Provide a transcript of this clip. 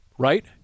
Right